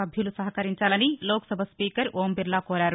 సభ్యులు సహకరించాలని లోక్సభ స్పీకర్ ఓంబిర్లా కోరారు